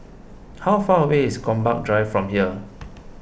how far away is Gombak Drive from here